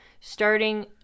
starting